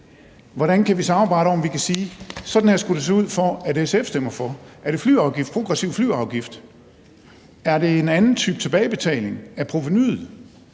vi kan sige, at sådan skulle det se ud, for at SF stemmer for? Er det en flyafgift, en progressiv flyafgift? Er det en anden type tilbagebetaling af provenuet?